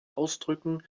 ausdrücken